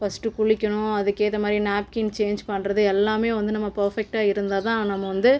first குளிக்கணும் அதுக்கேற்ற மாதிரி நாப்கின் சேஞ்ச் பண்ணுறது எல்லாமே வந்து நம்ம பெர்ஃபக்ட்டாக இருந்தால் தான் நம்ம வந்து